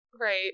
right